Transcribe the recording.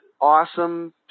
awesome